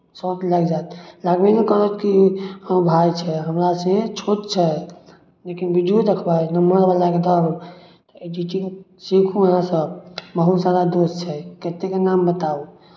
shock लागि जायत लागबे नहि करत कि हमर भाय छै हमरासँ छोट छै लेकिन वीडियो देखबै एकदम मोन लगा कऽ एकदम एडिटिंग सीखू अहाँसभ बहुत सारा दोस्त छै कतेकके नाम बताउ